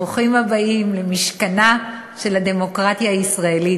ברוכים הבאים למשכנה של הדמוקרטיה הישראלית,